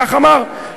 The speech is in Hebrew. כך אמרת,